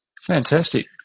Fantastic